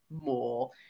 more